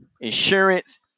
insurance